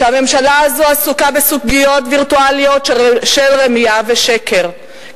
הממשלה הזאת עסוקה בסוגיות וירטואליות של רמייה ושקר,